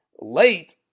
late